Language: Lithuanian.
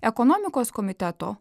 ekonomikos komiteto